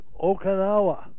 Okinawa